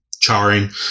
charring